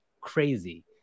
crazy